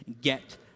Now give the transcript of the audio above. get